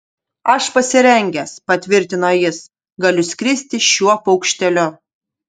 aš pasirengęs patvirtino jis galiu skristi šiuo paukšteliu